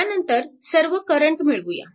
त्यानंतर सर्व करंट मिळवूया